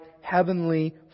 heavenly